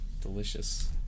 delicious